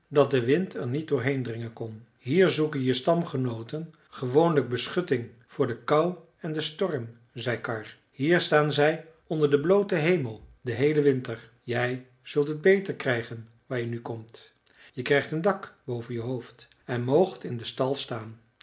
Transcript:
dat de wind er niet doorheen dringen kon hier zoeken je stamgenooten gewoonlijk beschutting voor de kou en den storm zei karr hier staan zij onder den blooten hemel den heelen winter jij zult het beter krijgen waar je nu komt je krijgt een dak boven je hoofd en moogt in den stal staan